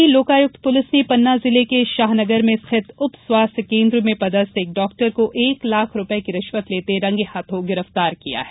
doctor रिश्वत सागर की Lokayukta police ने पन्ना जिले के शाहनगर में स्थित उप स्वास्थ्य केंद्र में पदस्थ एक डॉक्टर को एक लाख रुपए की रिश्वत लेते रंगे हाथों गिरफ्तार किया है